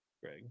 Greg